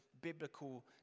biblical